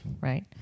Right